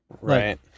Right